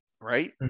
right